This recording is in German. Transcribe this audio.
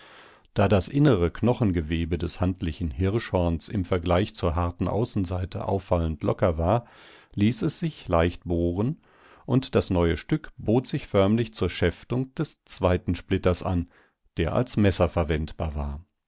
da das innere knochengewebe des handlichen hirschhorns im vergleich zur harten außenseite auffallend locker war ließ es sich leicht bohren und das neue stück bot sich förmlich zur schäftung des zweiten splitters an der als messer verwendbar war